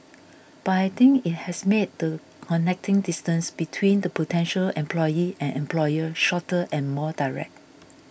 but I think it has made the connecting distance between the potential employee and employer shorter and more direct